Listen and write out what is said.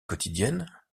quotidienne